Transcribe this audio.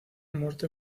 muerte